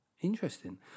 Interesting